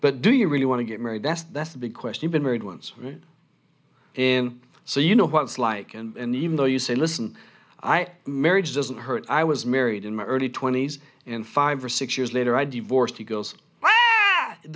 but do you really want to get married that's that's the big question been married once and so you know what it's like and even though you say listen i marriage doesn't hurt i was married in my early twenty's and five or six years later i divorced he goes